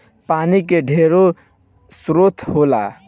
पानी के ढेरे स्रोत होला